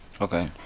Okay